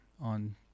on